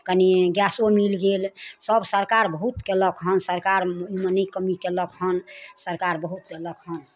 कनी गैसो मिल गेल सब सरकार बहुत केलक हन सरकार ओइमे नहि कमी केलक हन सरकार बहुत देलक हन